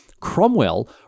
Cromwell